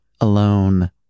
alone